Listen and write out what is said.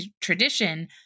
tradition